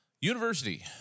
University